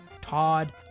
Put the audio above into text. Todd